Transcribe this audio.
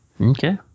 Okay